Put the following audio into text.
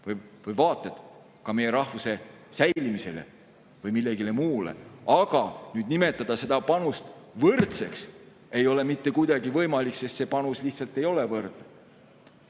või vaated meie rahvuse säilimise või millegi muu kohta. Aga nimetada seda panust võrdseks ei ole mitte kuidagi võimalik, sest see panus lihtsalt ei ole võrdne.